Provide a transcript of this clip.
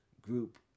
Group